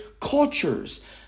cultures